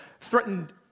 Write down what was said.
threatened